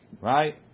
Right